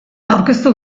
aurkeztu